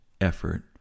effort